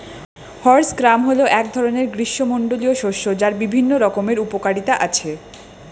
horse gram হল এক ধরনের গ্রীষ্মমণ্ডলীয় শস্য যার বিভিন্ন রকমের উপকারিতা আছে